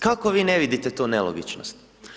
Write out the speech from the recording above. Kako vi ne viidte tu nelogičnost.